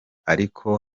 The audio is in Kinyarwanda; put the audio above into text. ariko